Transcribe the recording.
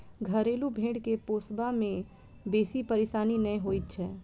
घरेलू भेंड़ के पोसबा मे बेसी परेशानी नै होइत छै